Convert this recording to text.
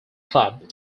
club